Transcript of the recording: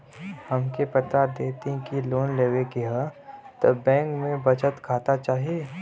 हमके बता देती की लोन लेवे के हव त बैंक में बचत खाता चाही?